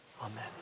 Amen